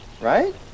Right